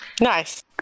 Nice